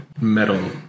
metal